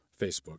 Facebook